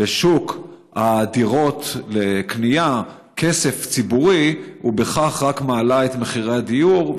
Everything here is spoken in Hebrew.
לשוק הדירות לקנייה כסף ציבורי ובכך רק מעלה את מחירי הדיור?